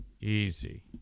Easy